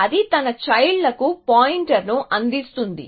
అది తన చైల్డ్ లకు పాయింటర్ని అందిస్తుంది